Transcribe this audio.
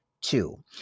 Two